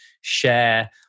share